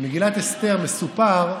אסתר מסופר,